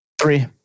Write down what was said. three